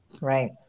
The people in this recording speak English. Right